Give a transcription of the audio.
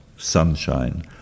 Sunshine